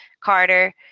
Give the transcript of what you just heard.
Carter